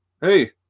hey